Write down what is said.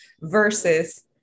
versus